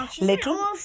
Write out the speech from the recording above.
Little